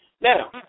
Now